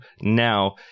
now